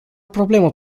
problemă